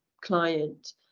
client